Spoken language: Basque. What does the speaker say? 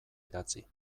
idatzi